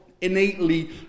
innately